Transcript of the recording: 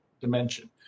dimension